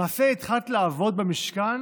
למעשה, התחלת לעבוד במשכן